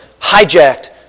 hijacked